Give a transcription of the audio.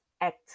act